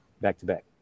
back-to-back